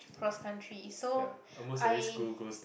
cross country so I